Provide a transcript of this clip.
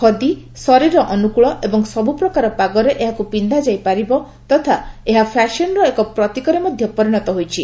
ଖଦୀ ଶରୀର ଅନୁକୂଳ ଏବଂ ସବୁ ପ୍ରକାର ପାଗରେ ଏହାକୁ ପିନ୍ଧାଯାଇ ପାରିବ ତଥା ଏହା ଫ୍ୟାସନର ଏକ ପ୍ରତୀକରେ ମଧ୍ୟ ପରିଣତ ହୋଇଛି